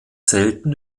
selten